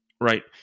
right